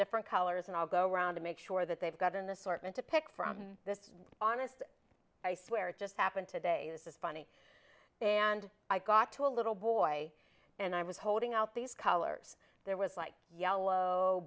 different colors and i'll go around to make sure that they've got in the sort and to pick from this honest i swear it just happened today this is funny and i got to a little boy and i was holding out these colors there was like yellow